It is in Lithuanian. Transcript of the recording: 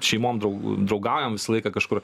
šeimom drau draugaujam visą laiką kažkur